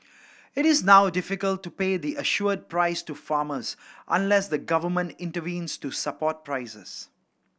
it is now difficult to pay the assured price to farmers unless the government intervenes to support prices